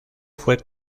fue